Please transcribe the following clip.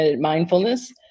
mindfulness